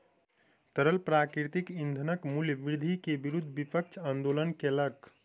तरल प्राकृतिक ईंधनक मूल्य वृद्धि के विरुद्ध विपक्ष आंदोलन केलक